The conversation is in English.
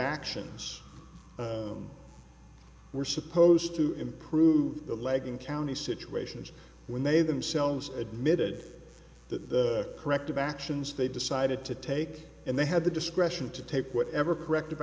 actions were supposed to improve the leg in county situations when they themselves admitted that the corrective actions they decided to take and they had the discretion to take whatever corrective